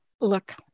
Look